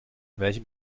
welchem